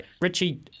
Richie